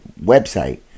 website